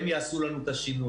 הם יעשו לנו את השינוי.